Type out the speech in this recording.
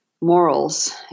morals